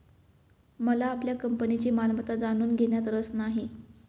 मला आपल्या कंपनीची मालमत्ता जाणून घेण्यात रस नाही